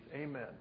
Amen